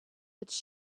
its